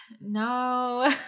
no